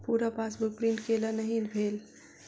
पूरा passbook print केल नहि भेल